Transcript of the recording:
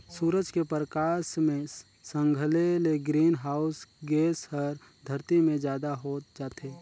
सूरज के परकास मे संघले ले ग्रीन हाऊस गेस हर धरती मे जादा होत जाथे